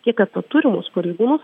kiek apie turimus pareigūnus